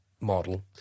model